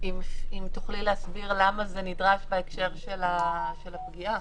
תוכלי להסביר למה זה נדרש בהקשר של הפגיעה?